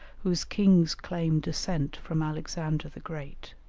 whose kings claim descent from alexander the great